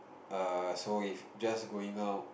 err so if just going out